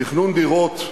תכנון דירות,